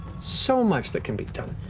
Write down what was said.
so much that can be done.